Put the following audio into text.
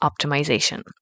optimization